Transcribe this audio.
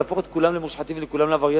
להפוך את כולם למושחתים ואת כולם לעבריינים.